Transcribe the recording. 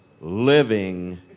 living